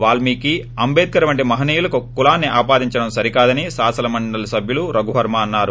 వాల్మికి అంబేద్కర్ వంటి మహనీయులకు కులాన్సి ఆపాదించడం సరికాదని శాసనమండలి సభ్యుడు రఘువర్మ అన్సారు